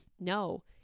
No